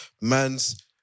Man's